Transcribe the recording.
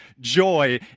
joy